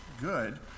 good